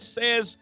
says